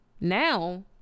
Now